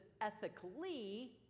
ethically